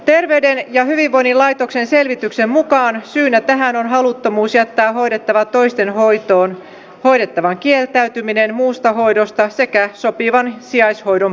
terveyden ja hyvinvoinnin laitoksen selvityksen mukaan syynä tähän on haluttomuus jättää hoidettava toisten hoitoon hoidettavan kieltäytyminen muusta hoidosta sekä sopivan sijaishoidon puute